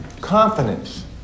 confidence